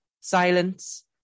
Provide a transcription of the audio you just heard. silence